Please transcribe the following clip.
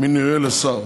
מינויו לשר.